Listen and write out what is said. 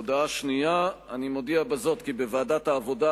הודעה שנייה: אני מודיע בזאת כי בוועדת העבודה,